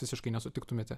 visiškai nesutiktumėte